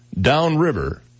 downriver